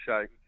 shake